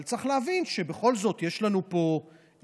אבל צריך להבין שבכל זאת יש לנו פה מחלה,